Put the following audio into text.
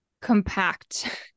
compact